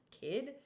kid